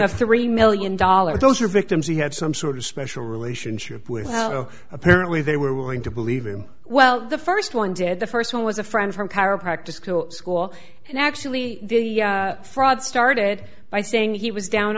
the three million dollars those are victims he had some sort of special relationship with apparently they were willing to believe him well the first one did the first one was a friend from chiropractic school school and actually the fraud started by saying he was down